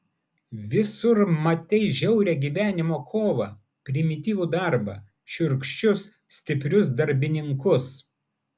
visur matei žiaurią gyvenimo kovą primityvų darbą šiurkščius stiprius darbininkus